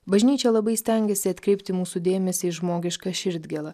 bažnyčia labai stengiasi atkreipti mūsų dėmesį į žmogišką širdgėlą